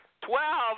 Twelve